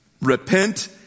Repent